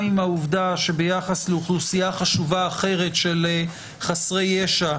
ביחס לאוכלוסייה חשובה אחרת של חסרי ישע,